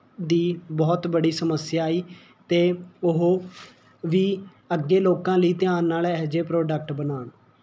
ਦੀ ਬਹੁਤ ਬੜੀ ਸਮੱਸਿਆ ਆਈ ਅਤੇ ਉਹ ਵੀ ਅੱਗੇ ਲੋਕਾਂ ਲਈ ਧਿਆਨ ਨਾਲ ਇਹੇ ਜਿਹੇ ਪ੍ਰੋਡਕਟ ਬਣਾਉਣ